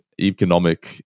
economic